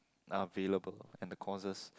are available and the courses